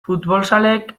futbolzaleek